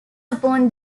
upon